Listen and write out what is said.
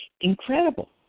Incredible